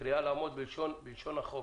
קריאה לעמוד בלשון החוק,